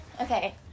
Okay